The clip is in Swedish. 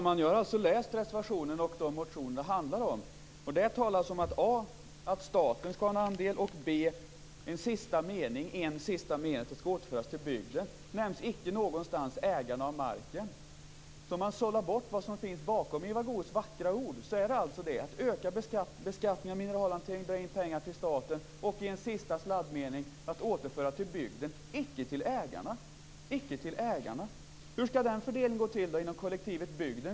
Fru talman! Jag har läst reservationen och de motioner det handlar om. Där talas det om att staten skall ha en andel och i en sista mening att det skall återföras medel till bygden. Ägarna av marken nämns inte någonstans. Om man sållar bort vad som finns bakom Eva Goës vackra ord handlar det alltså om att öka beskattningen av mineralhanteringen, dra in pengar till staten och i en sista sladdmening att återföra pengar till bygden, icke till ägarna. Hur skall den fördelningen gå till inom kollektivet bygden?